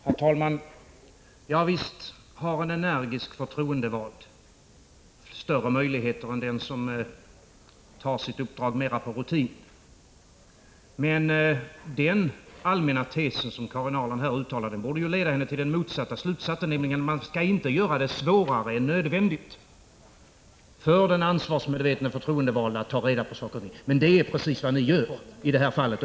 Herr talman! Ja, visst har en energisk förtroendevald större möjligheter än den som tar sitt uppdrag mera på rutin, men den allmänna tes som Karin Ahrland här utvecklade borde leda henne till den motsatta slutsatsen, nämligen den att man inte skall göra det svårare än nödvändigt för den ansvarsmedvetne förtroendevalde att ta reda på saker och ting. Men det är ju precis vad ni gör i det här fallet.